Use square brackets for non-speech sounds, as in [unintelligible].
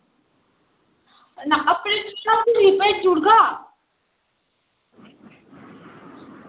नां अपनी [unintelligible] भेजी ओड़गा